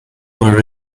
were